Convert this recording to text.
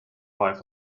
life